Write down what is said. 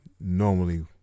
normally